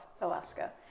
Alaska